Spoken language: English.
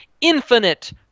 infinite